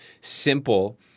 Simple